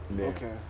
Okay